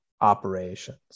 operations